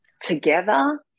together